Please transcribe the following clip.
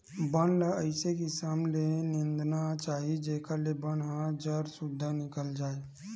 बन ल अइसे किसम ले निंदना चाही जेखर ले बन ह जर सुद्धा निकल जाए